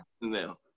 now